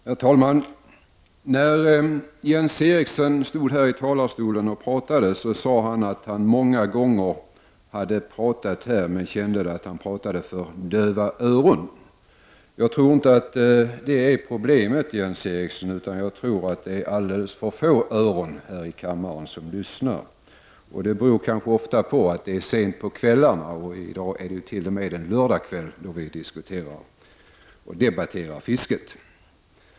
Herr talman! När Jens Eriksson stod här i talarstolen sade han att han många gånger har talat här och känt att han talat för döva öron. Jag tror inte att det är problemet, Jens Eriksson, utan jag tror att problemet är att det är alldeles för få öron här i kammaren som lyssnar. Detta beror kanske på att vi ofta debatterar fisket sent på kvällarna. I dag är det ju dessutom lördagskväll. Herr talman!